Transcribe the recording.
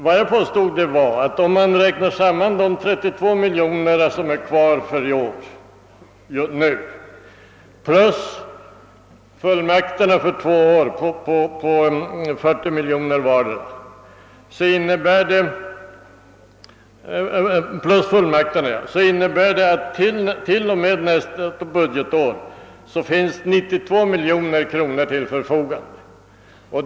Vad jag påstod var att om man räknar samman de 32 miljoner kronor som är kvar i år med fullmakterna för två år på 40 miljoner kronor plus vårt förslag om ett anslag på 20 miljoner kr. innebär det att till och med nästa budgetår står 92 miljoner kronor till förfogande.